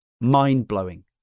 Mind-blowing